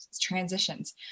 transitions